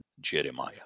jeremiah